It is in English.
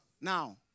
Now